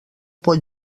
pot